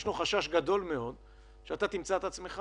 ישנו חשש גדול מאוד שתמצא את עצמך